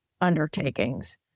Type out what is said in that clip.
undertakings